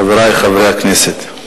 חברי חברי הכנסת,